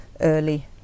early